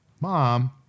Mom